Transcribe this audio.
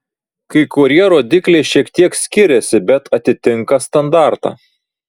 kai kurie rodikliai šiek tiek skiriasi bet atitinka standartą